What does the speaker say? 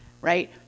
right